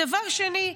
דבר שני,